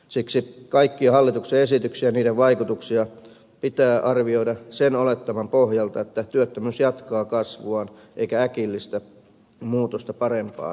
siksi kaikkia hallituksen esityksiä ja niiden vaikutuksia pitää arvioida sen olettaman pohjalta että työttömyys jatkaa kasvuaan eikä äkillistä muutosta parempaan tapahdu